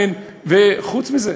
חוץ מזה,